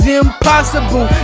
impossible